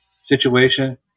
situation